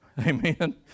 Amen